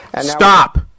Stop